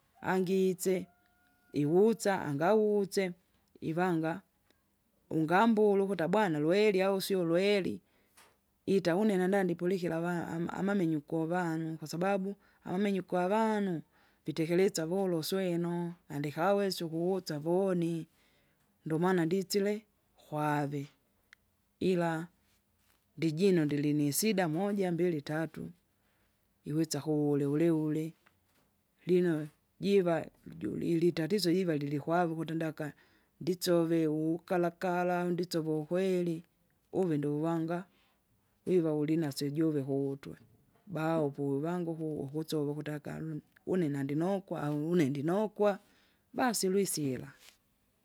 Angitse, uwutsa angawutse ivanga, ungambula ukuta bwana lweli au sio lweri, ita une nanandi pulikira ava ama- amamenyu kuvanu kwasababu amamenyu kwavanu vitekeretsa volosweno nandikawesa ukugusa voni, ndomana nditsire kwave. Ila ndijino ndinilisida moja, mbili, tatu, iwitsa kuwuli uliuli. Lino jiva juli- litatizo iva lilkwave ukuti ndaka, nditsove wukala kala unditsove ukweri, uve ndouwanga viva ulinasyo juve kuutwe, bao pouvanguku ukutsova ukutsova ukuti akalu une nandinokwa au une ndinokwa, basi ulwisila.